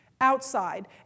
outside